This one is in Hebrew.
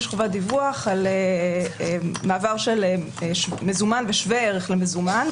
יש חובת דיווח על מעבר של מזומן ושווה ערך למזומן,